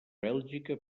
bèlgica